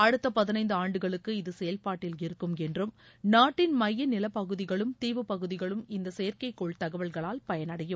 அடுத்த பதினைந்து ஆண்டுகளுக்கு இது செயல்பாட்டில் இருக்கும் என்றும் நாட்டின் மைய நிலப்பகுதிகளும் தீவுப்பகுதிகளும் இந்த செயற்கை கோள் தகவல்களால் பயனடையும்